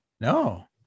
No